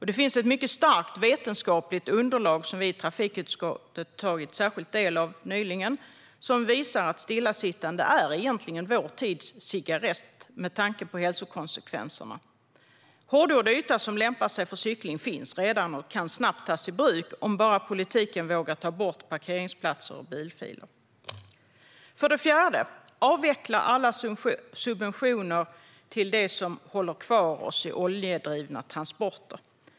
Det finns ett starkt vetenskapligt underlag som vi i trafikutskottet nyligen har fått ta del av och som visar att stillasittande är vår tids cigarett med tanke på hälsokonsekvenserna. Hårdgjord yta som lämpar sig för cykling finns redan och kan snabbt tas i bruk om bara politiken vågar ta bort parkeringsplatser och bilfiler. Den fjärde handlar om att avveckla alla subventioner till det som håller kvar oss i oljedrivna transporter.